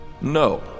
No